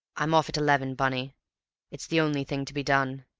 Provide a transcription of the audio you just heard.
i'm off at eleven, bunny it's the only thing to be done.